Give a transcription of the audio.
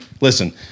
listen